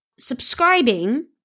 Subscribing